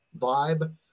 vibe